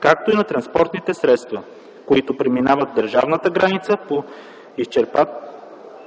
както и на транспортните средства, които преминават държавната граница, по-изчерпателно